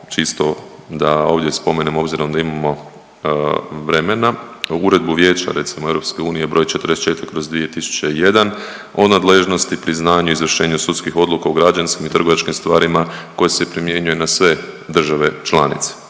čisto da ovdje spomenemo obzirom da imamo vremena, Uredbu Vijeća recimo EU br. 44/2001 o nadležnosti, priznanju i izvršenju sudskih odluka u građanskim i trgovačkim stvarima koje se primjenjuje na sve države članice,